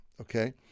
okay